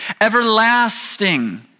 Everlasting